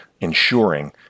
ensuring